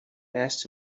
asked